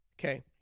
Okay